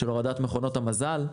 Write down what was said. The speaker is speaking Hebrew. הורדת מכונות המזל.